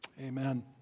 Amen